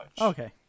Okay